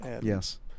Yes